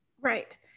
Right